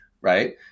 right